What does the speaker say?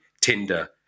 Tinder